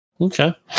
Okay